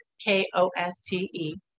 K-O-S-T-E